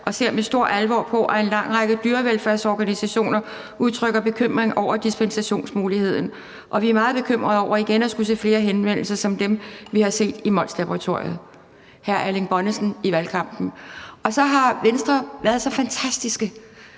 og ser med stor alvor på, at en lang række dyrevelfærdsorganisationer udtrykker bekymring over dispensationsmuligheden, og vi er meget bekymrede over igen at skulle se flere henvendelser som dem, vi har set fra Molslaboratoriet. Det er sagt af hr. Erling Bonnesen i valgkampen. Og så har Venstre været så fantastiske,